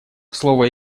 слово